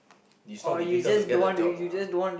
is not difficult to get a job lah